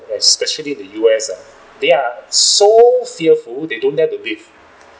especially the U_S uh they are so fearful they don't dare to live